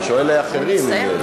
אני שואל אחרים אם יש.